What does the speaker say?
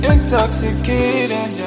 Intoxicating